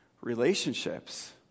relationships